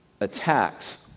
attacks